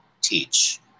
teach